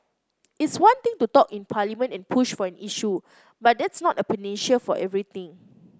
it's one thing to talk in Parliament and push for an issue but that's not a panacea for everything